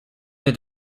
had